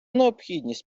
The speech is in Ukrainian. необхідність